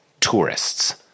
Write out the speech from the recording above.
tourists